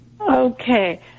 Okay